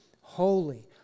holy